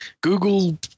Google